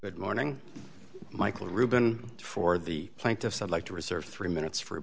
good morning michael reuben for the plaintiffs i'd like to reserve three minutes for